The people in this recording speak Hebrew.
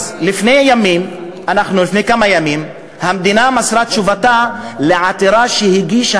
אז לפני כמה ימים המדינה מסרה את תשובתה על עתירה שהגישה